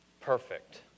perfect